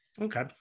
Okay